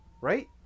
Right